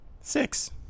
six